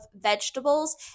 vegetables